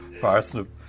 parsnip